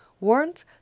warned